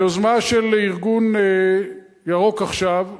ביוזמה של ארגון "ירוק עכשיו"